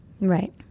Right